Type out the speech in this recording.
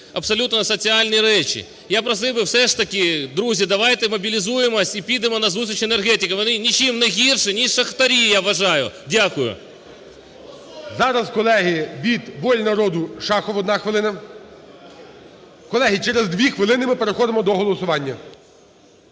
абсолютно на соціальні речі. Я просив би все ж таки, друзі, давайте мобілізуємось і підемо назустріч енергетикам, вони нічим не гірші, ніж шахтарі, я вважаю. Дякую. ГОЛОВУЮЧИЙ. Зараз, колеги, від "Волі народу"Шахов, одна хвилина. Колеги, через дві хвилини ми переходимо до голосування.